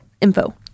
info